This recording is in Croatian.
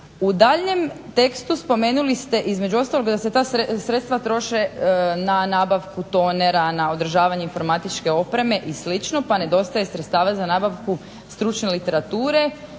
U daljnjem tekstu spomenuli ste da se ta sredstva troše na nabavku tonera, održavanje informatičke opreme i slično pa nedostaje sredstava za nabavku stručne literature,